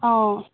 অ